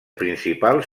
principals